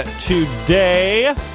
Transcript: today